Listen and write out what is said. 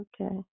Okay